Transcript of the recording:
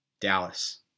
Dallas